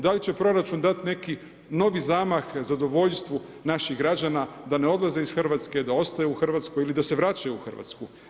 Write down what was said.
Da li će proračun dati neki novi zamah, zadovoljstvo naših građana, da ne odlaze iz Hrvatske, da ostaju u Hrvatskoj ili da se vraćaju u Hrvatsku.